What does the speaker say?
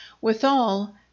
Withal